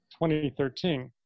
2013